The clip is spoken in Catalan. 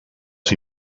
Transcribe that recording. els